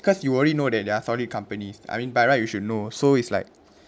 because you already know that they solid companies I mean by right you should know so it's like